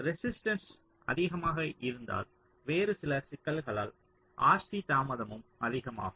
resistance அதிகமாக இருந்தால் வேறு சில சிக்கல்களால் RC தாமதமும் அதிகமாகும்